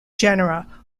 genera